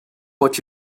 what